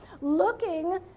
looking